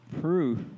proof